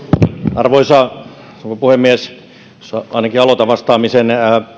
arvoisa rouva puhemies ainakin aloitan vastaamisen